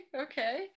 okay